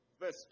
verse